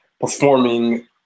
performing